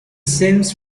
seems